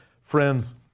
Friends